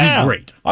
great